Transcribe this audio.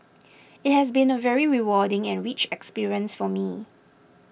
it has been a very rewarding and rich experience for me